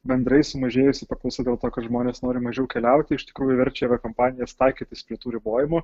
bendrai sumažėjusi paklausa dėl to kad žmonės nori mažiau keliauti iš tikrųjų verčia aviakompanijas taikytis prie tų ribojimų